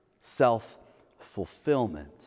self-fulfillment